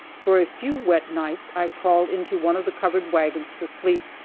for a few wet nights i crawled into one of the covered wagons to sleep,